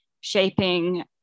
shaping